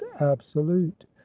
absolute